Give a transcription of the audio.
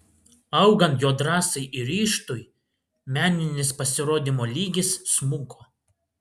augant jo drąsai ir ryžtui meninis pasirodymo lygis smuko